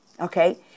okay